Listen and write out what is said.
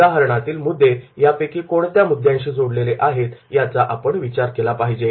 उदाहरणातील मुद्दे यापैकी कोणत्या मुद्द्यांशी जोडलेले आहे याचा आपण विचार केला पाहिजे